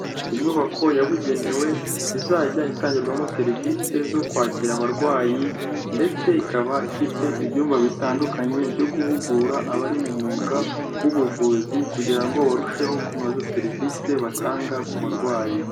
Inyubako yabugenewe izajya itangirwamo serivisi zo kwakira abarwayi ndetse ikaba ifite ibyumba bitandukanye byo guhugura abari mu mwuga w'ubuvuzi, kugira ngo barusheho kunoza serivisi batanga ku barwayi.